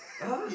!huh!